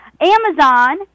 Amazon